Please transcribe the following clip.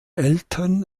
eltern